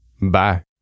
Bye